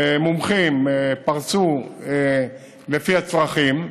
ומומחים פרסו, לפי הצרכים.